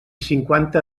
cinquanta